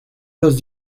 los